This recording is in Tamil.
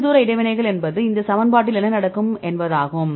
நீண்ட தூர இடைவினைகள் என்பது இந்த சமன்பாட்டில் என்ன நடக்கும் என்பதாகும்